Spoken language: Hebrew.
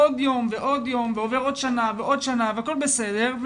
עוד יום ועוד יום ועוברת עוד שנה ועוד שנה והכל בסדר,